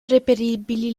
reperibili